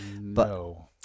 No